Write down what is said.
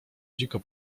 dziko